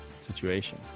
situation